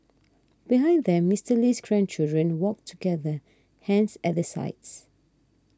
behind them Mister Lee's grandchildren walked together hands at their sides